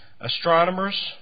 astronomers